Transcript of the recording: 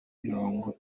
mirongo